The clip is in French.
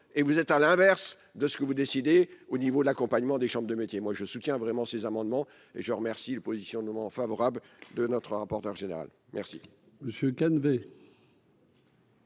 et vous êtes à l'inverse de ce que vous décidez, au niveau de l'accompagnement des chambres de métiers, moi je soutiens vraiment ces amendements, je remercie le positionnement favorable de notre rapporteur général merci.